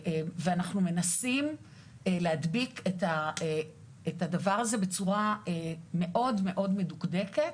ואנחנו מנסים להדביק את הדבר הזה בצורה מאוד מאוד מדוקדקת,